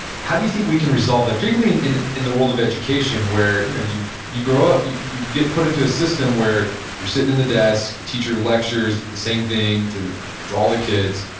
how do you think we can resolve that? particularly in in the world of education where you know you you grow up, you you get put into a system where you're sitting in the desk, the teacher lectures the same thing to to all the kids.